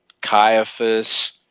Caiaphas